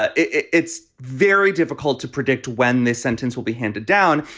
ah it's very difficult to predict when this sentence will be handed down.